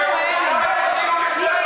אדוני היושב-ראש,